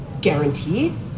guaranteed